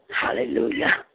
Hallelujah